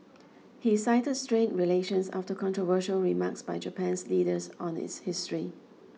he cited strained relations after controversial remarks by Japan's leaders on its history